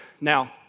Now